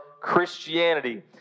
Christianity